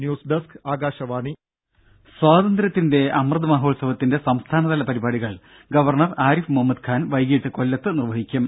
news desk Akashvani സ്വാതന്ത്ര്യത്തിന്റെ അമൃത് മഹോത്സവത്തിന്റെ സംസ്ഥാനതല പരിപാടികൾ ഗവർണർ ആരിഫ് മുഹമ്മദ് ഖാൻ വൈകിട്ട് കൊല്ലത്ത് നിർവഹിക്കും